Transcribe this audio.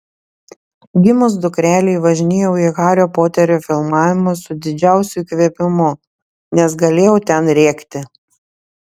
gimus dukrelei važinėjau į hario poterio filmavimus su didžiausiu įkvėpimu nes galėjau ten rėkti